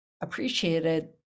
appreciated